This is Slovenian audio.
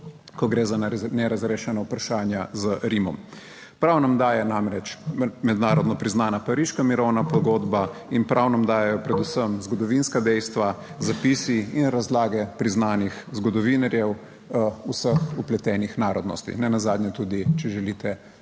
ko gre za nerazrešena vprašanja z Rimom. Prav nam daje namreč mednarodno priznana pariška mirovna pogodba in prav nam dajejo predvsem zgodovinska dejstva, zapisi in razlage priznanih zgodovinarjev vseh vpletenih, narodnosti nenazadnje tudi, če želite,